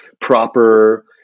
proper